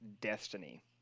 destiny